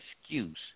excuse